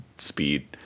speed